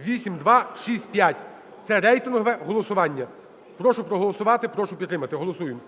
(8265). Це рейтингове голосування, прошу проголосувати, прошу підтримати. Голосуємо.